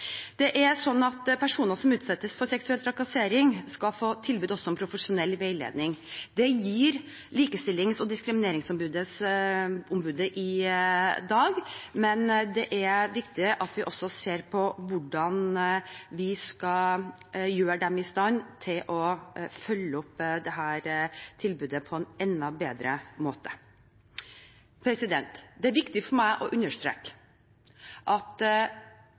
Personer som utsettes for seksuell trakassering, skal få tilbud om profesjonell veiledning. Det gir Likestillings- og diskrimineringsombudet i dag, men det er viktig at vi også ser på hvordan vi skal gjøre dem i stand til å følge opp dette tilbudet på en enda bedre måte. Det er viktig for meg å understreke at